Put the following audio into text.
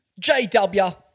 JW